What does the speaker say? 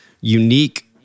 unique